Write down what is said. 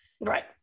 Right